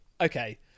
okay